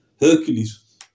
Hercules